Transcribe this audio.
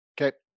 Okay